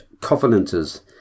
Covenanters